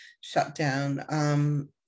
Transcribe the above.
shutdown